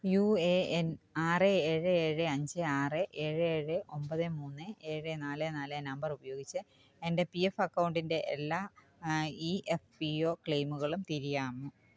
U A N ആറ് ഏഴ് ഏഴ് അഞ്ച് ആറ് ഏഴ് ഏഴ് ഒമ്പത് മൂന്ന് ഏഴ് നാല് നാല് നമ്പറുപയോഗിച്ച് എൻ്റെ പി എഫ് അക്കൗണ്ടിൻ്റെ എല്ലാ ഇ എഫ് പി ഒ ക്ലെയിമുകളും തിരയാമോ